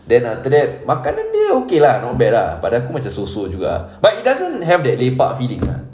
then after that makanan dia okay lah not bad lah but pada aku macam so so juga but it doesn't have the lepak feeling lah